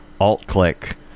Alt-click